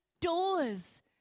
doors